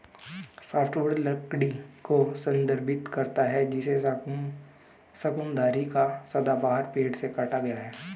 softwood लकड़ी को संदर्भित करता है जिसे शंकुधारी या सदाबहार पेड़ से काटा गया है